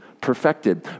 perfected